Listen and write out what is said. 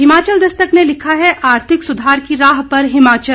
हिमाचल दस्तक ने लिखा है आर्थिक सुधार की राह पर हिमाचल